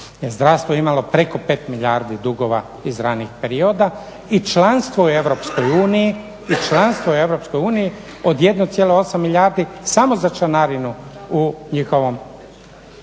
zdravstvo je imalo preko 5 milijardi dugova iz ranijih perioda i članstvo u EU od 1,8 milijardi samo za članarinu itd.